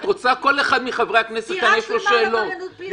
לכל אחד מחברי הכנסת יש שאלות.